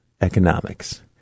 economics